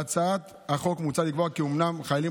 בהצעת החוק מוצע לקבוע כי אומנם חיילים